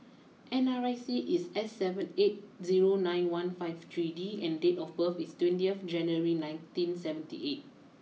N R I C is S seven eight zero nine one five three D and date of birth is twenty January nineteen seventy eight